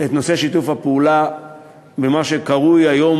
את נושא שיתוף הפעולה במה שקרוי היום